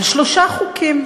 על שלושה חוקים,